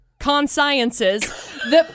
consciences